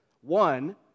One